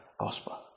gospel